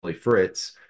Fritz